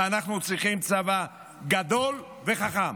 אנחנו צריכים צבא גדול וחכם.